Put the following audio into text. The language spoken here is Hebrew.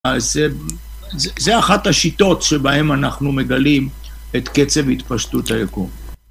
זה אחת השיטות שבהן אנחנו מגלים את קצב התפשטות היקום.